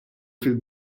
fil